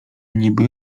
niby